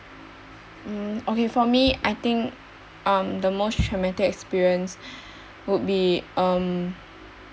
mm okay for me I think um the most traumatic experience would be um